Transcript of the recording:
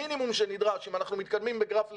המינימום שנדרש, אם אנחנו מתקדמים בגרף ליניארי,